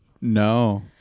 No